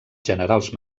generals